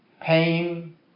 pain